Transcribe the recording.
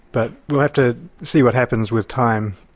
but we'll have to see what happens with time,